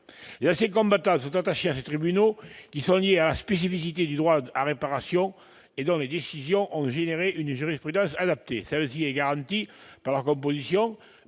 Les anciens combattants sont attachés à l'existence de ces tribunaux, qui est liée à la spécificité du droit à réparation. Leurs décisions ont engendré une jurisprudence adaptée. Celle-ci est garantie par leur composition